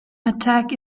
attack